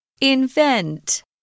Invent